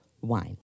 wine